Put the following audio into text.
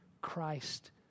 Christ